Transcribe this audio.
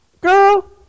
girl